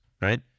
right